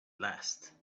last